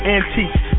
Antiques